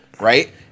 Right